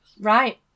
Right